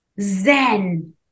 Zen